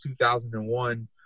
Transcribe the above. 2001